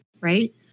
Right